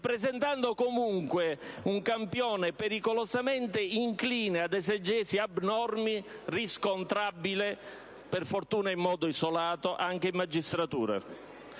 rappresentando comunque un campione pericolosamente incline ad esegesi abnormi, riscontrabile, per fortuna in modo isolato, anche in magistratura.